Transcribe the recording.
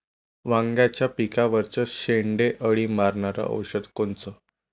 वांग्याच्या पिकावरचं शेंडे अळी मारनारं औषध कोनचं?